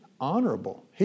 honorable